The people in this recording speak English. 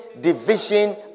division